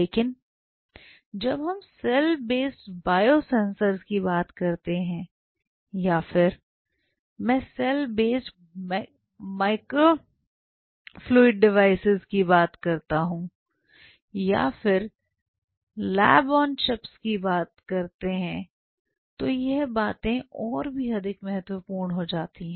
लेकिन जब हम सेल बेस्ड बायो सेंसर की बात करते हैं या फिर मैं सेल बेस्ड माइक्रोप्लेट डिवाइस की बात करते हैं या फिर लैब ऑन चिप की बात करते हैं तो यह बातें और भी अधिक महत्वपूर्ण हो जाती हैं